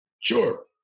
sure